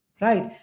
right